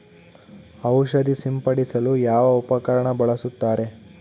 ಔಷಧಿ ಸಿಂಪಡಿಸಲು ಯಾವ ಉಪಕರಣ ಬಳಸುತ್ತಾರೆ?